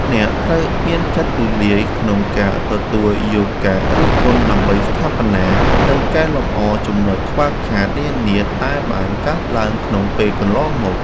អ្នកត្រូវមានចិត្តទូលាយក្នុងការទទួលយកការរិះគន់ដើម្បីស្ថាបនា និងកែលម្អចំណុចខ្វះខាតនានាដែលបានកើតឡើងក្នុងពេលកន្លងមក។